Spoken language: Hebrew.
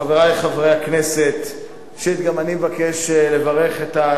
חבר הכנסת יואל חסון, בבקשה, ינמק את ההצעה.